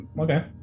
Okay